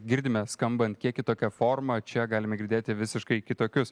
girdime skambant kiek kitokia forma čia galime girdėti visiškai kitokius